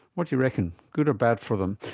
what do you reckon good or bad for them?